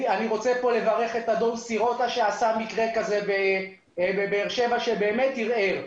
אני רוצה לברך פה את אדון סירוטה שעשה מקרה כזה בבאר שבע ובאמת ערער.